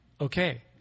okay